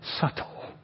subtle